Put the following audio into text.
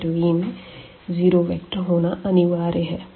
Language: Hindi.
सेट V में ज़ीरो वेक्टर होना अनिवार्य है